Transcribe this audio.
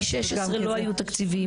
מ-16' לא היו תקציבים.